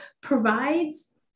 provides